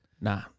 Nah